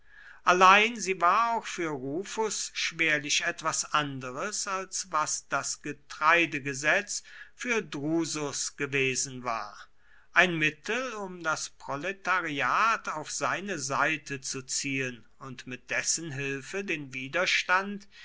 allein sie war auch für rufus schwerlich etwas anderes als was das getreidegesetz für drusus gewesen war ein mittel um das proletariat auf seine seite zu ziehen und mit dessen hilfe den widerstand